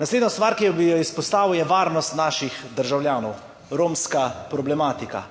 Naslednja stvar, ki bi jo izpostavil, je varnost naših državljanov, romska problematika.